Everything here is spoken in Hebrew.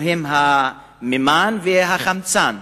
שהם המימן והחמצן.